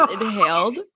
inhaled